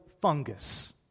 fungus